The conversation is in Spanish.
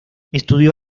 estudió